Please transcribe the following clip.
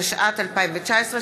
התשע"ט 2019,